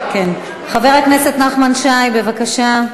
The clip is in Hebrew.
חבר הכנסת נחמן שי, בבקשה.